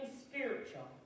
spiritual